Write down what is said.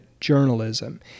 journalism